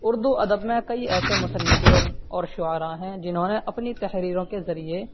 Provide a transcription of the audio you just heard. اردو ادب میں کئی ایسے مصنفین اور شعرا ہیں جنہوں نے اپنی تحریروں کے ذریعے